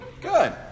Good